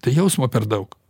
tai jausmo per daug